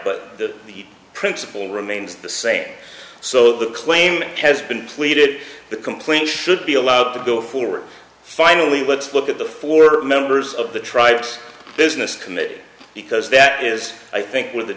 but the principle remains the same so the claim has been pleaded the complaint should be allowed to go forward finally let's look at the four members of the tribe business commit because that is i think with the